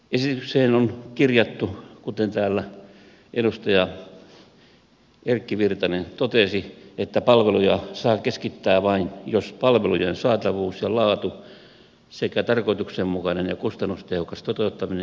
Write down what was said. esitykseen on kirjattu kuten täällä edustaja erkki virtanen totesi että palveluja saa keskittää vain jos palvelujen saatavuus ja laatu sekä tarkoituksenmukainen ja kustannustehokas toteuttaminen edellyttävät sitä